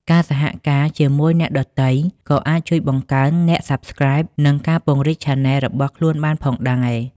ការសហការជាមួយអ្នកដទៃក៏អាចជួយបង្កើនអ្នក Subscribe និងការពង្រីក Channel របស់ខ្លួនបានផងដែរ។